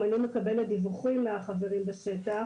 אני מקבלת דיווחים מהחברים בשטח